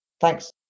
Thanks